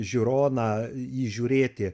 žiūroną įžiūrėti